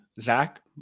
Zach